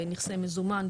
נכסי מזומן,